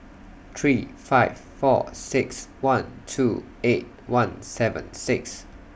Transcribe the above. three five four six one two eight one seven six